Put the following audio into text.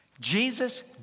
Jesus